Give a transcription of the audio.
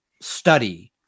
study